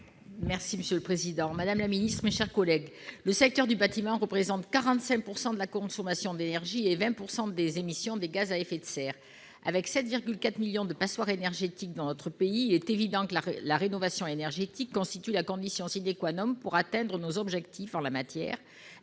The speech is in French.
pour présenter l'amendement n° 31 rectifié. Le secteur du bâtiment représente 45 % de la consommation d'énergie et 20 % des émissions de gaz à effet de serre. Avec 7,4 millions de passoires énergétiques dans notre pays, il est évident que la rénovation énergétique constitue la condition pour atteindre nos objectifs en la matière,